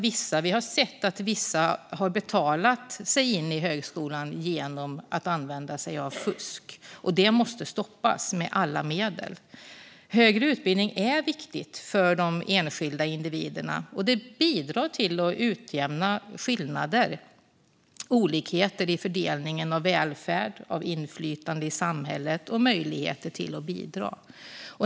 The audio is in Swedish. Vi har sett att vissa har betalat sig in i högskolan genom att använda sig av fusk. Det måste stoppas med alla medel. Högre utbildning är viktig för de enskilda individerna och bidrar till att utjämna skillnader och olikheter i fördelningen av välfärd, inflytande i samhället och möjligheter att bidra.